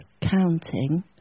counting